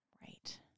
Right